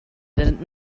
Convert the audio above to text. that